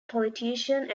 politician